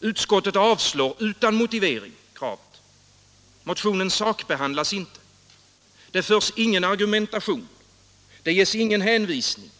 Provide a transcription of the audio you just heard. Utskottet avstyrker utan motivering kravet. Motionen sakbehandlas inte. Det förs ingen argumentation. Det ges ingen hänvisning.